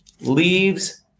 leaves